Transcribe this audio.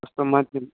यस्तो माथि